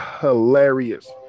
hilarious